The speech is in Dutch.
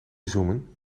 zoomen